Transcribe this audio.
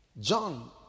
John